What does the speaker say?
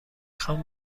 خوام